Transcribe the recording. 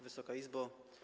Wysoka Izbo!